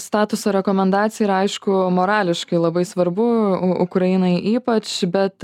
statuso rekomendacija ir aišku morališkai labai svarbu ukrainai ypač bet